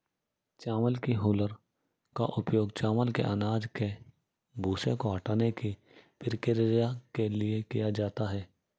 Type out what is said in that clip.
चावल की हूलर का उपयोग चावल के अनाज के भूसे को हटाने की प्रक्रिया के लिए किया जाता है